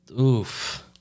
Oof